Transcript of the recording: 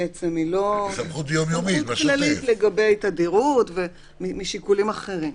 היא סמכות כללית לגבי תדירות, משיקולים אחרים.